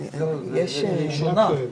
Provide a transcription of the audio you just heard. אברהם יצחק הכהן קוק בהר הזיתים בירושלים.